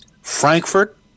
Frankfurt